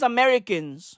Americans